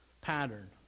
pattern